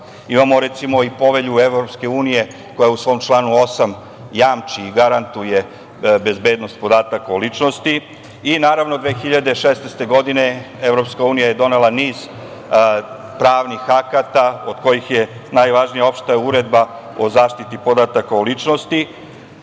Imamo, recimo, i Povelju EU koja u svom članu 8. jamči i garantuje bezbednost podataka o ličnosti. I, naravno, 2016. godine EU je donela niz pravnih akata, od kojih je najvažnija opšta uredba o zaštiti podataka o ličnosti. Naravno,